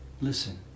Listen